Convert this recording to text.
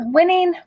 Winning